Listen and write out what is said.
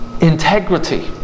integrity